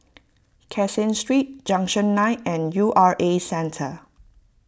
Caseen Street Junction nine and U R A Centre